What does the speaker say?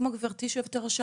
כמו שאמרת גברתי היושבת-ראש,